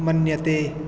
मन्यते